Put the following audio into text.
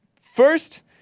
First